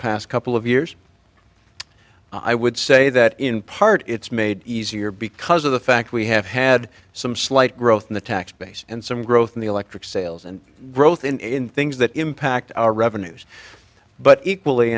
past couple of years i would say that in part it's made easier because of the fact we have had some slight growth in the tax base and some growth in the electric sales and growth in things that impact our revenues but equally